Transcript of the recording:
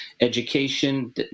Education